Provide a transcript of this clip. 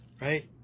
Right